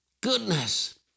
Goodness